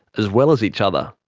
as well as each other.